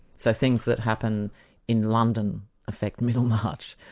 so things that happen in london affect middlemarch.